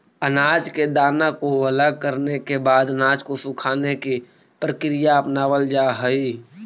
अनाज के दाना को अलग करने के बाद अनाज को सुखाने की प्रक्रिया अपनावल जा हई